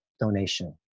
donation